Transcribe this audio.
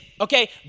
okay